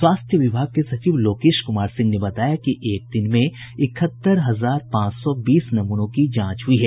स्वास्थ्य विभाग के सचिव लोकेश कुमार सिंह ने बताया कि एक दिन में इकहत्तर हजार पांच सौ बीस नमूनों की जांच हुई है